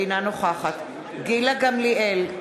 אינה נוכחת גילה גמליאל,